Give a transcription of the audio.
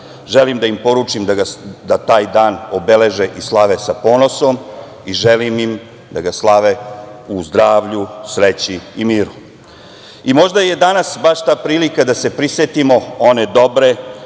Želim da im poručim da taj dan obeleže i slave sa ponosom i želim im da ga slave u zdravlju, sreći i miru. Možda je danas baš ta prilika da se prisetimo one dobre